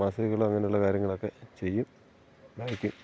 മാസികകളും അങ്ങനെയുള്ള കാര്യങ്ങളൊക്കെ ചെയ്യും വായിക്കും